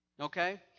Okay